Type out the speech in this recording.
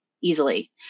easily